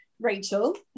rachel